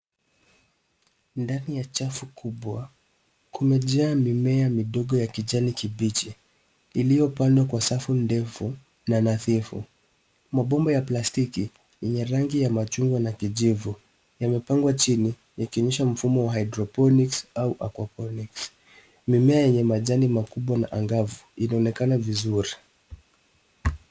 Ndani ya chafu kubwa, kumejaa mimea midogo ya kijani kibichi iliyopandwa kwa safu ndefu na nadhifu. Mabomba ya plastiki yenye rangi ya manjano na kijivu yamepangwa chini yakionesha mfumo wa hydroponics au aquaponics . Mimea yenye majani makubwa na angavu inaonekana vizuri.